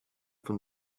von